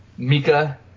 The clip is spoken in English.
Mika